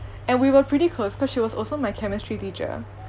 and we were pretty close because she was also my chemistry teacher